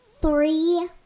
three